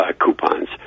coupons